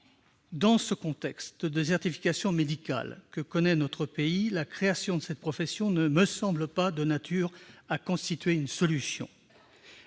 Dans le contexte de désertification médicale que connaît notre pays, la création de cette profession ne me semble pas de nature à constituer une solution.